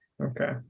Okay